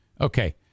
Okay